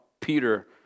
Peter